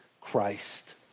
Christ